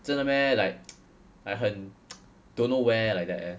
真的 meh like like 很 don't know where like that leh